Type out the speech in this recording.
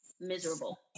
Miserable